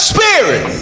Spirit